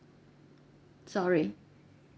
sorry